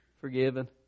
forgiven